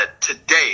today